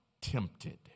tempted